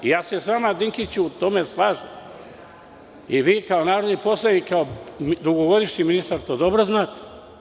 Ja se s vama, Dinkiću, u tome slažem i vi kao narodni poslanik i kao dugogodišnji ministar to dobro znate.